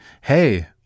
hey